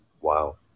Wow